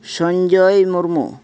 Sanjay Murmu